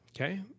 okay